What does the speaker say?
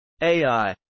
AI